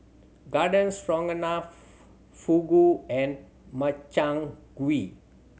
Garden Stroganoff Fugu and Makchang Gui